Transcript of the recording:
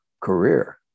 career